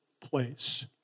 place